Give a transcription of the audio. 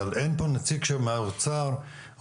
אבל אין פה נציג של האוצר או